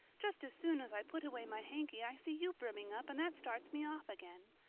just as soon as i put away my hanky i see you brimming up and that starts me off again.